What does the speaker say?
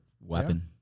weapon